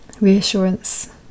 reassurance